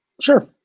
Sure